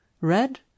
red